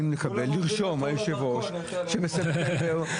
רק לצורך החישוב.